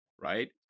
right